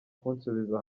kunsubiza